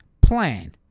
plan